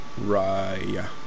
Raya